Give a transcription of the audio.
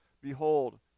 Behold